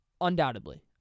Undoubtedly